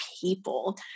people